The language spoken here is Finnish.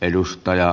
edustaja